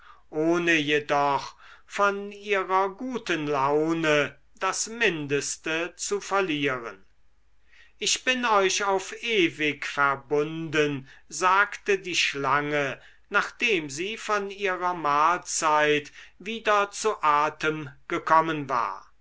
ohne jedoch von ihrer guten laune das mindeste zu verlieren ich bin euch auf ewig verbunden sagte die schlange nachdem sie von ihrer mahlzeit wieder zu atem gekommen war